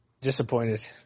Disappointed